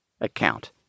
Account